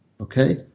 okay